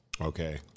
Okay